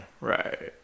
Right